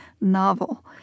novel